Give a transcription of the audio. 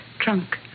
trunk